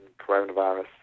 coronavirus